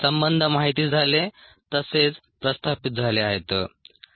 संबंध माहिती झाले तसेच प्रस्थापित झाले आहेत